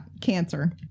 cancer